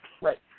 Right